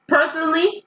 Personally